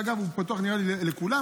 ואגב, הוא פתוח, נראה לי, לכולם.